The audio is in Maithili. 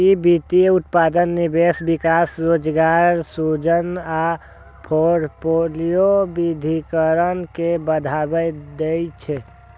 ई वित्तीय उत्पादक निवेश, विकास, रोजगार सृजन आ फोर्टफोलियो विविधीकरण के बढ़ावा दै छै